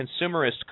consumerist